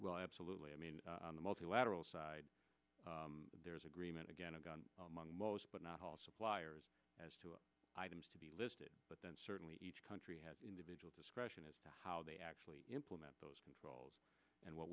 ell absolutely i mean the multilateral side there is agreement again a gun most but not all suppliers as to items to be listed but then certainly each country has individual discretion as to how they actually implement those controls and what